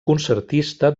concertista